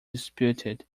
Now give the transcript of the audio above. disputed